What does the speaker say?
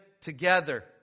together